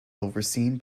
overseen